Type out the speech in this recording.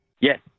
Yes